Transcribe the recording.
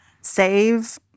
Save